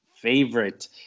favorite